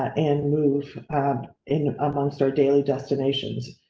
and move in amongst our daily destinations,